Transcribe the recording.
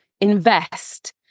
Invest